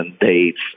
dates